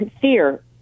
fear